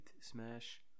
smash